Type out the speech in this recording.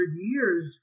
years